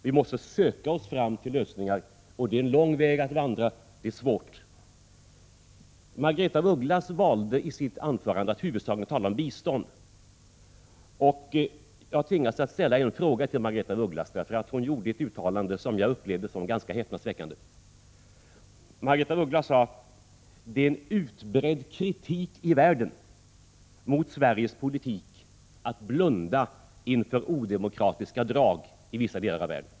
Vi måste söka oss fram till lösningar, och det är ofta en både lång och svår väg. Margaretha af Ugglas valde i sitt anförande att huvudsakligen tala om bistånd. Jag tvingas att ställa en fråga till Margaretha af Ugglas, ty hon gjorde ett uttalande som jag upplevde som ganska häpnadsväckande. Hon sade att det är en utbredd kritik i världen mot Sveriges politik att blunda inför odemokratiska drag i vissa delar av världen.